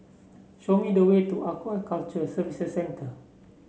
show me the way to Aquaculture Services Centre